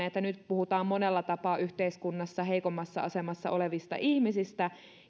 että nyt puhutaan monella tapaa yhteiskunnassa heikommassa asemassa olevista ihmisistä